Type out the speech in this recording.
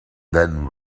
then